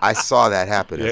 i saw that happen. yeah.